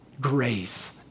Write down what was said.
grace